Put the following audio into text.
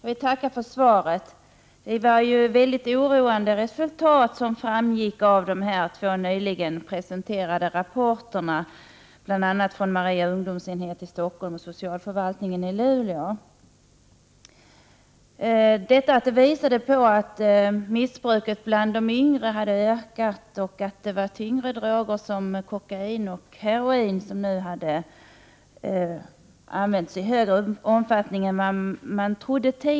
Herr talman! Jag tackar socialministern för svaret. Bl.a. de två rapporter som nyligen har presenterats av dels Maria ungdomsenhet i Stockholm, dels socialförvaltningen i Luleå är mycket oroande. Det är alltså mycket skrämmande att missbruket har ökat bland yngre och att tyngre droger, såsom kokain och heroin, används i större utsträckning än man trott.